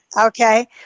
Okay